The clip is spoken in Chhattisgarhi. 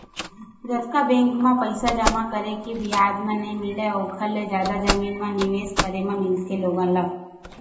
जतका बेंक म पइसा जमा करे म बियाज नइ मिलय ओखर ले जादा जमीन म निवेस करे म मिलथे लोगन ल